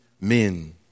men